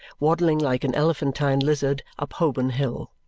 waddling like an elephantine lizard up holborn hill.